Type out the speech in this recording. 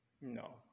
No